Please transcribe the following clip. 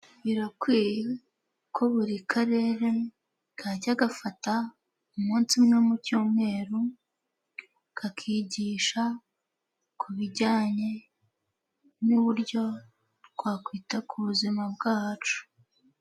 Birakwiye ko buri karere kajya gafata umunsi umwe mu cyumweru, kakigisha ku bijyanye n'uburyo twakwita ku buzima bwacu.